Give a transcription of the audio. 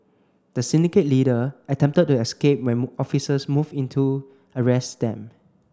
the syndicate leader attempted to escape when officers moved in to arrest them